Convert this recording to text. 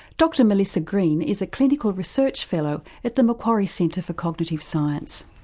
dr melissa green is a clinical research fellow at the macquarie centre for cognitive science.